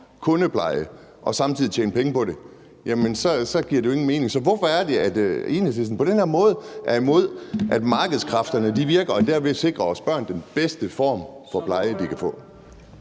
kundepleje og samtidig tjene penge på det, giver det jo ingen mening. Så hvorfor er det, at Enhedslisten på den her måde er imod, at markedskræfterne virker og derved sikrer vores børn den bedste form for pleje, de kan få?